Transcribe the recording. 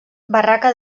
barraca